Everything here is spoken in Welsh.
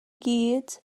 gyd